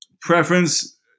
preference